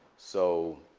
so